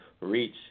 reach